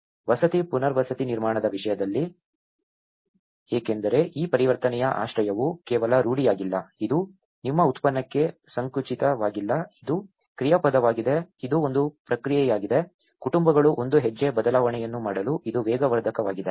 ವಸತಿ ಪುನರ್ನಿರ್ಮಾಣದ ವಿಷಯದಲ್ಲಿ ಏಕೆಂದರೆ ಈ ಪರಿವರ್ತನೆಯ ಆಶ್ರಯವು ಕೇವಲ ರೂಢಿಯಾಗಿಲ್ಲ ಇದು ನಿಮ್ಮ ಉತ್ಪನ್ನಕ್ಕೆ ಸಂಕುಚಿತವಾಗಿಲ್ಲ ಇದು ಕ್ರಿಯಾಪದವಾಗಿದೆ ಇದು ಒಂದು ಪ್ರಕ್ರಿಯೆಯಾಗಿದೆ ಕುಟುಂಬಗಳು ಒಂದು ಹೆಜ್ಜೆ ಬದಲಾವಣೆಯನ್ನು ಮಾಡಲು ಇದು ವೇಗವರ್ಧಕವಾಗಿದೆ